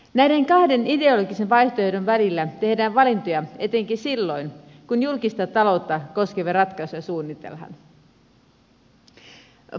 näiden kahden ideologisen vaihtoehdon välillä tehdään valintoja etenkin silloin kun julkista taloutta koskevia ratkaisuja suunnitellaan